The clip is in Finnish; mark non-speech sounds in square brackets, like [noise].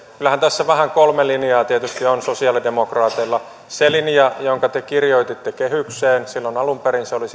kyllähän tässä tietysti on vähän kolme linjaa sosialidemokraateilla se linja jonka te kirjoititte kehykseen silloin alun perin oli [unintelligible]